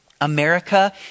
America